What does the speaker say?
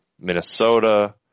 Minnesota